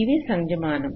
ఇవి సంజ్ఞామానం